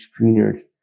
screeners